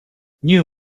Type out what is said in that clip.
new